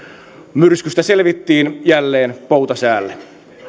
myrskystä selvittiin jälleen poutasäälle